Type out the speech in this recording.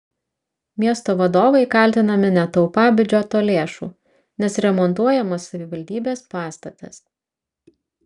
miesto vadovai kaltinami netaupą biudžeto lėšų nes remontuojamas savivaldybės pastatas